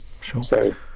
Sure